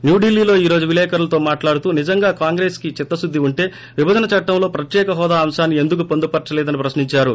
న్యూఢిల్లీలో ఈ రోజు విలేకరులతో మాట్లాడుతూ నిజంగా కాంగ్రెస్ కి చిత్తశుద్ది ఉంటి విభజనచట్టంలో ప్రత్యేక హోదా అంశాన్ని ఎందుకు పొందుపర్పలేదని ప్రశ్నించారు